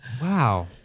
Wow